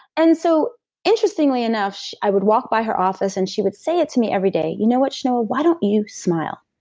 and so interestingly enough, i would walk by her office, and she would say it to me every day. you know what chenoa? why don't you smile?